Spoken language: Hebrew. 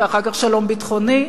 ואחר כך שלום ביטחוני,